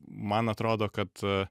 man atrodo kad